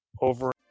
over